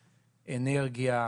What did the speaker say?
אנרגיה,